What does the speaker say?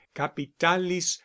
capitalis